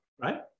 right